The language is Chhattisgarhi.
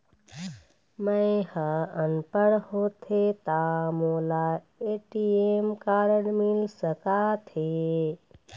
मैं ह अनपढ़ होथे ता मोला ए.टी.एम कारड मिल सका थे?